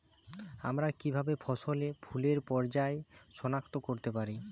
আমরা কিভাবে ফসলে ফুলের পর্যায় সনাক্ত করতে পারি?